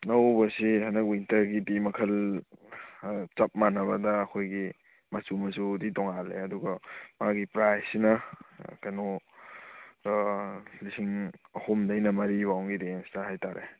ꯑꯅꯧꯕꯁꯤ ꯍꯟꯗꯛ ꯋꯤꯟꯇꯔꯒꯤꯗꯤ ꯃꯈꯜ ꯆꯞ ꯃꯥꯅꯕꯗ ꯑꯩꯈꯣꯏꯒꯤ ꯃꯆꯨ ꯃꯆꯨꯕꯨꯗꯤ ꯇꯣꯉꯥꯜꯂꯦ ꯑꯗꯨꯒ ꯃꯥꯒꯤ ꯄ꯭ꯔꯥꯏꯖꯁꯤꯅ ꯀꯩꯅꯣ ꯂꯤꯁꯤꯡ ꯑꯍꯨꯝꯗꯩꯅ ꯃꯔꯤꯐꯥꯎꯛꯀꯤ ꯔꯦꯟꯖꯇ ꯍꯥꯏꯇꯥꯔꯦ